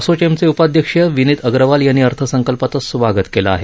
असोचेमचे उपाध्यक्ष विनीत अग्रवाल यांनी अर्थसंकल्पाचे स्वागत केले आहे